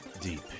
deep